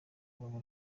baba